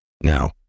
Now